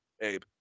Abe